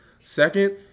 Second